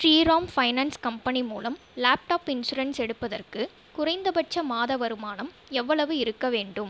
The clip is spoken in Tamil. ஸ்ரீராம் ஃபைனான்ஸ் கம்பெனி மூலம் லேப்டாப் இன்சூரன்ஸ் எடுப்பதற்கு குறைந்தபட்ச மாத வருமானம் எவ்வளவு இருக்கவேண்டும்